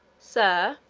sir,